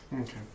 Okay